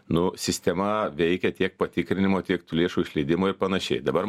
nu sistema veikia tiek patikrinimo tiek tų lėšų išleidimui ir panašiai dabar